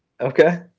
Okay